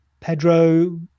Pedro